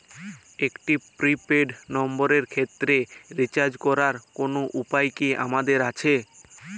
একটি prepaid নম্বরের ক্ষেত্রে রিচার্জ করার কোনো উপায় কি আমাদের আছে?